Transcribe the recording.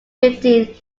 fifteen